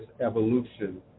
evolution